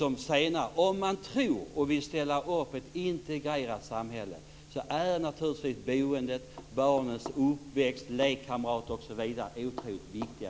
Om man tror på och vill ställa upp på ett integrerat samhälle, är naturligtvis boendet, barnens uppväxt, lekkamrater osv. otroligt viktiga.